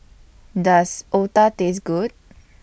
Does Otah Taste Good